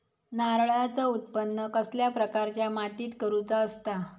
नारळाचा उत्त्पन कसल्या प्रकारच्या मातीत करूचा असता?